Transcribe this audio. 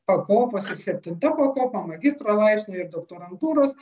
pakopos ir septinta pakopa magistro laipsnio ir doktorantūros